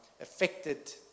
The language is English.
affected